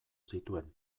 zituen